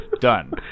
Done